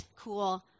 cool